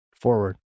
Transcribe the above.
Forward